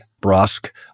brusque